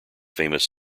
famous